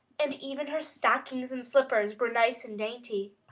and even her stockings and slippers were nice and dainty.